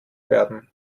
werden